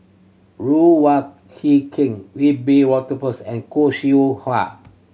Ruth Wong Hie King Wiebe Wolters and Khoo Seow Hwa